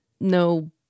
No